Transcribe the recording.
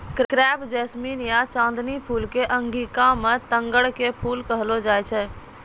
crepe jasmine या चांदनी फूल कॅ अंगिका मॅ तग्गड़ के फूल कहलो जाय छै